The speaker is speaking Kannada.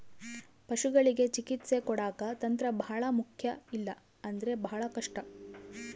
ಪಶುಗಳಿಗೆ ಚಿಕಿತ್ಸೆ ಕೊಡಾಕ ತಂತ್ರ ಬಹಳ ಮುಖ್ಯ ಇಲ್ಲ ಅಂದ್ರೆ ಬಹಳ ಕಷ್ಟ